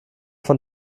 von